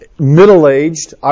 Middle-aged